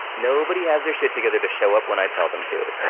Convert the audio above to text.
nobody has their shit together to show up when i tell them to.